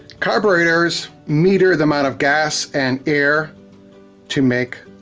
carburetors meter the amount of gas and air to make,